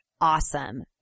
awesome